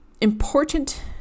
important